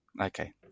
Okay